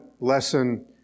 lesson